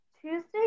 Tuesday